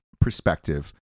perspective